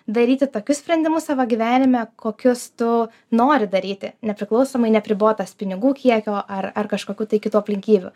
daryti tokius sprendimus savo gyvenime kokius tu nori daryti nepriklausomai neapribotas pinigų kiekio ar ar kažkokių tai kitų aplinkybių